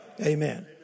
amen